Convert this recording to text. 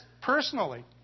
personally